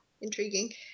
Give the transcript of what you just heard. intriguing